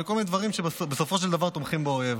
כל מיני דברים שבסופו של דבר תומכים באויב.